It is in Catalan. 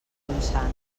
ronçana